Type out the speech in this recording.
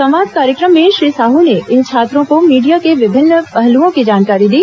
संवाद कार्यक्रम में श्री साहू ने इन छात्रों को मीडिया के विभिन्न पहलुओं की जानकारी दी